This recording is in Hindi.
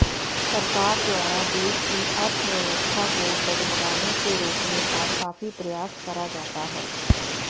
सरकार द्वारा देश की अर्थव्यवस्था को डगमगाने से रोकने का काफी प्रयास करा जाता है